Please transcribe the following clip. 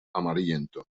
amarillento